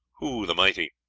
hu the mighty,